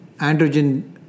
androgen